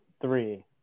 three